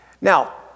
Now